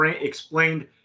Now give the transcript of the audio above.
explained